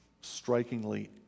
Strikingly